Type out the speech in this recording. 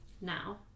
now